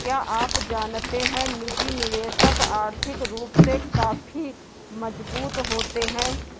क्या आप जानते है निजी निवेशक आर्थिक रूप से काफी मजबूत होते है?